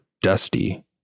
dusty